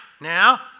Now